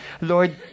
Lord